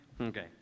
Okay